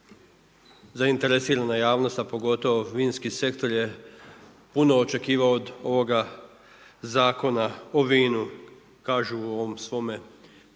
zainteresirana javnost a pogotovo vinski sektor je puno očekivao od ovoga Zakona o vinu kažu u ovome svome dopisu